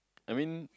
I mean